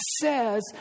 says